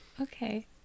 Okay